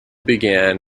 began